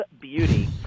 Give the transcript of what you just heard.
beauty